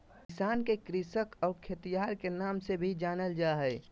किसान के कृषक और खेतिहर के नाम से भी जानल जा हइ